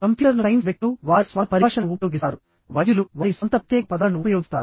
కంప్యూటర్ను సైన్స్ వ్యక్తులు వారి స్వంత పరిభాషలను ఉపయోగిస్తారువైద్యులు వారి స్వంత ప్రత్యేక పదాలను ఉపయోగిస్తారు